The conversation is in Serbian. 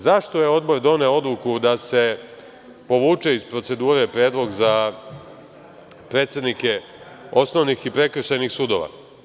Zašto je Odbor doneo odluku da se povuče iz procedure Predlog za predsednike Osnovnih i Prekršajnih sudova.